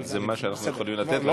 אבל זה מה שאנחנו יכולים לתת לך.